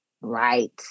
Right